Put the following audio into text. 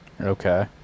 okay